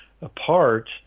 apart